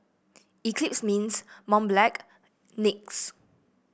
Eclipse Mints Mont Blanc NYX